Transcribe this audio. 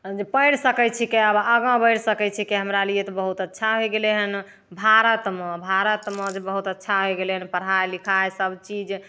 हँ जे पढ़ि सकै छिकै आब आगाँ बढ़ि सकै छिकै जे हमरा लिए तऽ बहुत अच्छा होइ गेलै हँ भारतमे भारतमे जे बहुत अच्छा होइ गेलै हँ पढ़ाइ लिखाइ सबचीज